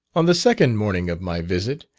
on the second morning of my visit,